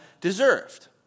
deserved